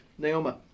Naoma